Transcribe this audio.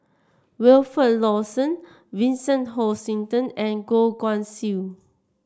Wilfed Lawson Vincent Hoisington and Goh Guan Siew